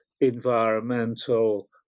environmental